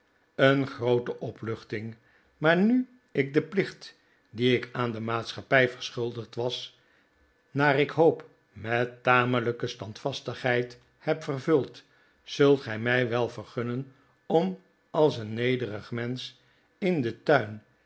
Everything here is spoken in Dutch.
een groote opluchting maar nu ik den plicht dien ik aan de maatschappij verschuldigd was naar ik hoop met tamelijke standvastigheid heb vervuld zult gij mij wel vqrgunnen om als een nederig mensch in den tuin